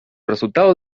resultados